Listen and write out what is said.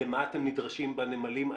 למה אתם נדרשים בנמלים?